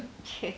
!chey!